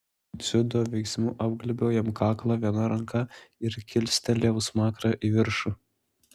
dziudo veiksmu apglėbiau jam kaklą viena ranka ir kilstelėjau smakrą į viršų